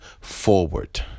forward